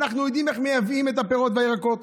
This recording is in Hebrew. אנחנו יודעים איך מייבאים את הפירות והירקות.